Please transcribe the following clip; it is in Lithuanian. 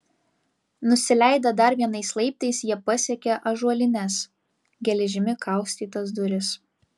nusileidę dar vienais laiptais jie pasiekė ąžuolines geležimi kaustytas duris